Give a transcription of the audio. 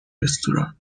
رستوران